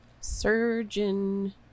surgeon